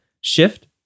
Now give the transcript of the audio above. Shift